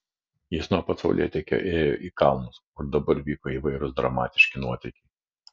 jis nuo pat saulėtekio ėjo į kalnus kur dabar vyko įvairūs dramatiški nuotykiai